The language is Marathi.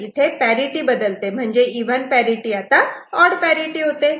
तर इथे पॅरिटि बदलते म्हणजे इव्हन पॅरिटि आता ऑड पॅरिटि होते